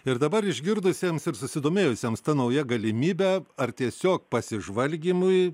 ir dabar išgirdusiems ir susidomėjusiems ta nauja galimybe ar tiesiog pasižvalgymui